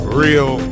real